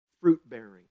fruit-bearing